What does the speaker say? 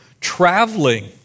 traveling